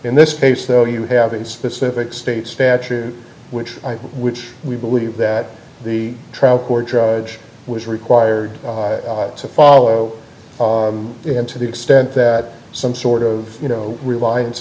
in this case though you have a specific state statute which which we believe that the trial court judge was required to follow him to the extent that some sort of you know reliance